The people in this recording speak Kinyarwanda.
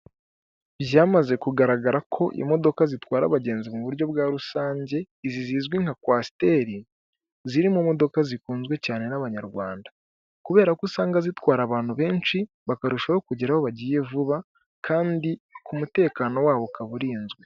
Byamaze kugaragara ko imodoka zitwara abagenzi mu buryo bwa rusange izi zizwi nka kwasiteri ziri mu modoka zikunzwe cyane n'abanyarwanda, kubera ko usanga zitwara abantu benshi bakarushaho kugera aho bagiye vuba kandi k'umutekano wabo ukaba urinzwe.